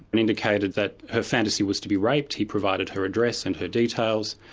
and indicated that her fantasy was to be raped. he provided her address and her details.